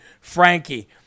Frankie